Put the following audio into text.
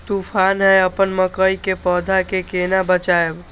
तुफान है अपन मकई के पौधा के केना बचायब?